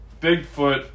Bigfoot